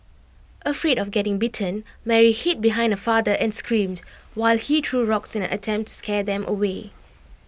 afraid of getting bitten Mary hid behind her father and screamed while he threw rocks in an attempt scare them away